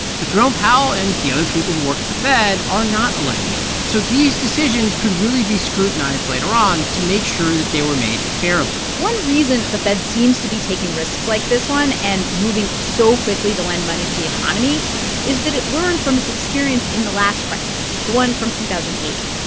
but jerome powell and the other people who work at the fed are not elected, so these decisions could really be scrutinized later on to make sure that they were made fairly one reason the fed seems to be taking risks like this one and moving so quickly to lend money to the economy is that it learned from its experience in the last crisis, the one from two thousand and eight.